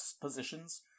positions